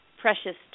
precious